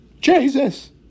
Jesus